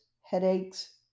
headaches